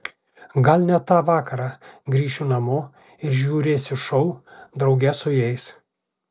gal net tą vakarą grįšiu namo ir žiūrėsiu šou drauge su jais